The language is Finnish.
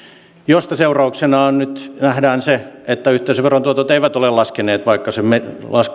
mistä seurauksena nyt nähdään se että yhteisöveron tuotot eivät ole laskeneet vaikka se